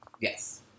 Yes